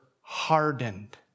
hardened